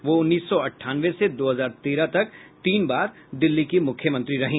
वह उन्नीस सौ अट्ठानवे से दो हजार तेरह तक तीन बार दिल्ली की मुख्यमंत्री रही